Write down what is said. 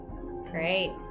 Great